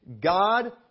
god